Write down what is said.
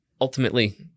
Ultimately